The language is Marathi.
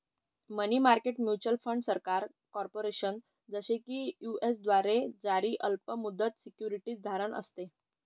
मनी मार्केट म्युच्युअल फंड सरकार, कॉर्पोरेशन, जसे की यू.एस द्वारे जारी अल्प मुदत सिक्युरिटीज धारण असते